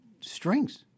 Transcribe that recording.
strings